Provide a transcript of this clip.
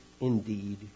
indeed